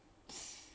what